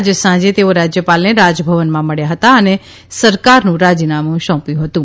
આજે સાંજે તેઓ રાજયપાલને રાજભવનમાં મળ્યા હતા અને સરકારનુ રાજીનામું સોપ્યું હતુ